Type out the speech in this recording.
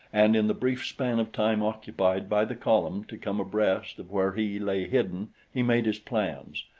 and in the brief span of time occupied by the column to come abreast of where he lay hidden he made his plans,